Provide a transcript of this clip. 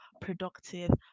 productive